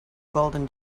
golden